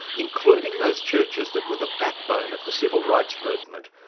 including those churches that were the backbone of the civil rights movement,